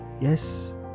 yes